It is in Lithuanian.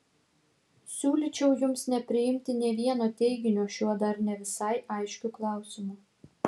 siūlyčiau jums nepriimti nė vieno teiginio šiuo dar ne visai aiškiu klausimu